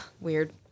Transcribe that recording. weird